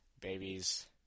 Babies